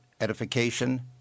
edification